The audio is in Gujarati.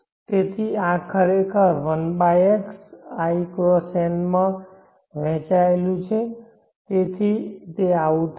તેથી આ ખરેખર 1 x i × n માં વહેંચાયેલું છે તેથી તે આવું થયું